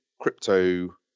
crypto